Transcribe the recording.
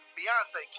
Beyonce